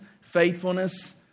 faithfulness